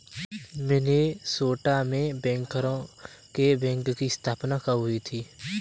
Minnesota में बैंकरों के बैंक की स्थापना कब हुई थी?